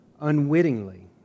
unwittingly